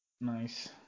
Nice